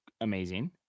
amazing